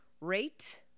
rate